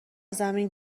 زمین